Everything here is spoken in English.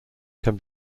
can